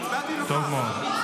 טוב מאוד.